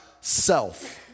self